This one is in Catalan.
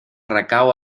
recau